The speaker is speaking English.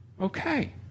Okay